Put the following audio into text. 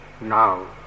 now